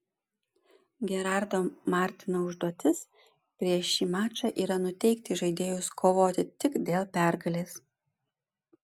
gerardo martino užduotis prieš šį mačą yra nuteikti žaidėjus kovoti tik dėl pergalės